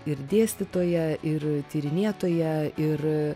ir dėstytoją ir tyrinėtoją ir